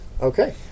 Okay